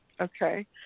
Okay